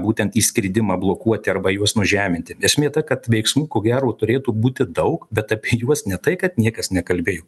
būtent įskridimą blokuoti arba juos nužeminti esmė ta kad veiksmų ko gero turėtų būti daug bet apie juos ne tai kad niekas nekalbėjo